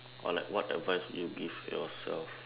or like what advice would you give yourself